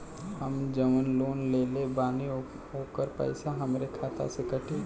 हम जवन लोन लेले बानी होकर पैसा हमरे खाते से कटी?